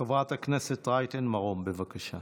חברת הכנסת רייטן מרום, בבקשה.